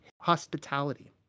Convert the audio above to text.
hospitality